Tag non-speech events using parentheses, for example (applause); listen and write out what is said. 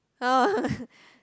oh (noise)